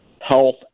health